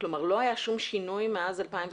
לא היה שום שינוי מאז 2015?